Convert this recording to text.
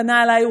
פנה אלי.